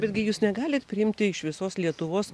betgi jūs negalit priimti iš visos lietuvos